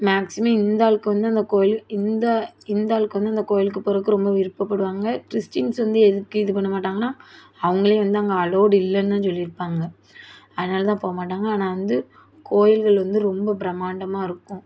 maximum இந்தாளுக்கு வந்து அந்த கோவில் இந்த இந்தாளுக்கு வந்து அந்த கோவிலுக்குப் போறதுக்கு வந்து ரொம்ப விருப்பப்படுவாங்க கிறிஸ்டின்ஸ் வந்து எதுக்கு இது பண்ண மாட்டாங்கனா அவங்களே வந்து அங்கே அலோடு இல்லைன்னு தான் சொல்லியிருப்பாங்க அதனால் தான் போக மாட்டாங்க ஆனால் வந்து கோவில்கள் வந்து ரொம்ப பிரமாண்டமாக இருக்கும்